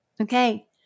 Okay